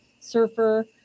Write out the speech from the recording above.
surfer